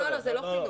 לא, זה לא חינוך.